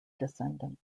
descendant